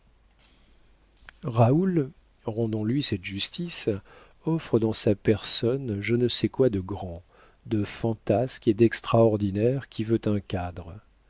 raoul rendons lui cette justice offre dans sa personne je ne sais quoi de grand de fantasque et d'extraordinaire qui veut un cadre